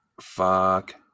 Fuck